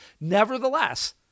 nevertheless